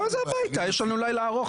לא, איזה הביתה, יש לנו לילה ארוך פה.